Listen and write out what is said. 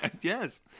yes